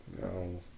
no